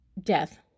death